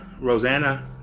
Rosanna